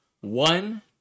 one